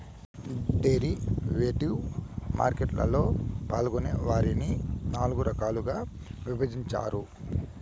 derivative market లలో పాల్గొనే వారిని నాల్గు రకాలుగా విభజించారు